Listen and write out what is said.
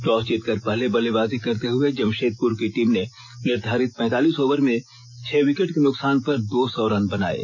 toss जीतकर पहले बल्लेबाजी करते हुए जमषेपुर की टीम ने निर्धारित पैंतालीस ओवर में छह विकेट के नुकसान पर दो सौ रन बनाये